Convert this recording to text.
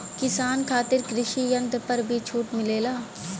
किसान खातिर कृषि यंत्र पर भी छूट मिलेला?